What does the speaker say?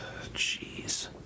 Jeez